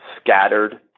scattered